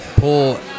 pull